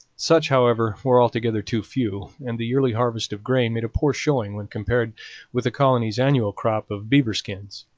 such, however, were altogether too few, and the yearly harvest of grain made a poor showing when compared with the colony's annual crop of beaver skins.